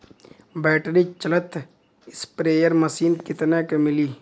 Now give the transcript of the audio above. Battery चलत sprayer machine कितना क मिली?